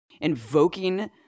Invoking